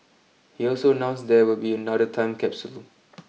he also announced there will be another time capsule